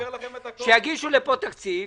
שיגישו לפה תקציב,